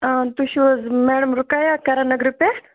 آ تُہۍ چھِو حظ میڈَم رُقیہ کَرَن نگرٕ پٮ۪ٹھ